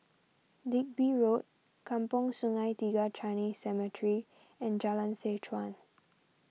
Digby Road Kampong Sungai Tiga Chinese Cemetery and Jalan Seh Chuan